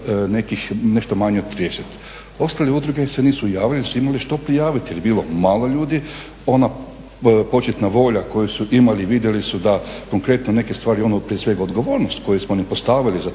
nešto manje od 30, ostale udruge se nisu javile jer nisu imale što prijaviti, jer je bilo malo ljudi, ona početna volja koju su imali, vidjeli su da konkretno neke stvari, ono prije svega odgovornost koju su oni postavili za